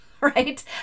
right